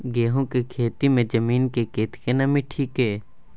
गहूम के खेती मे जमीन मे कतेक नमी ठीक ये?